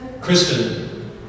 Kristen